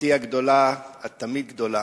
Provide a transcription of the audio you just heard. אחותי הגדולה, את תמיד גדולה.